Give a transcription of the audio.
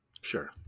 Sure